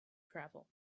travel